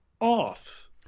off